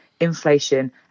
inflation